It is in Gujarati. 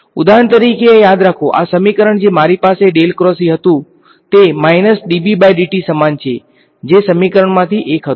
ઉદાહરણ તરીકે આ યાદ રાખો આ સમીકરણ જે મારી પાસે હતું તે સમાન છે જે સમીકરણ માંથી એક હતું